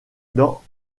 dans